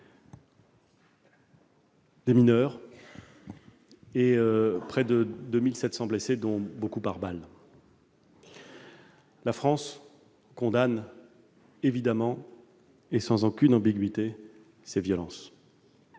des mineurs, et près de 2 700 blessés, dont beaucoup par balles. La France condamne évidemment et sans aucune ambiguïté ces violences.